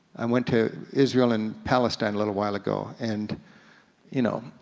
i went to israel and palestine a little while ago, and you know,